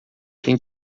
têm